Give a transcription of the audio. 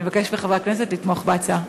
אני מבקשת מחברי הכנסת לתמוך בהצעה.